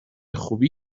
خوبی